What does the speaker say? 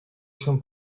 się